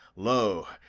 lo,